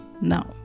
now